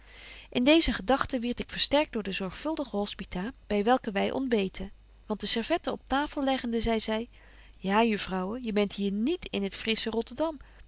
in deeze gedagten wierd ik versterkt door de zorgvuldige hospita by welke wy ontbeten want de servetten op tafel leggende zei zy ja juffrouwen je bent hier niet in het frissche rotterdam